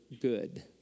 good